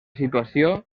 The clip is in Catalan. situació